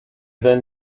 then